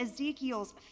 Ezekiel's